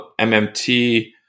MMT